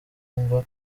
wumva